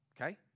okay